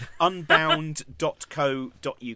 unbound.co.uk